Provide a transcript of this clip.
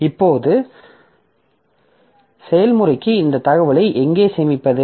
இப்போது செயல்முறைக்கு இந்த தகவலை எங்கே சேமிப்பது